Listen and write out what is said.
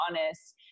honest